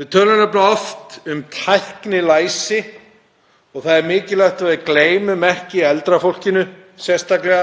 Við tölum oft um tæknilæsi og það er mikilvægt að við gleymum ekki eldra fólkinu, sérstaklega